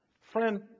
Friend